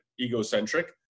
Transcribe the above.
egocentric